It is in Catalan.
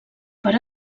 per